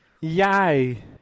Yay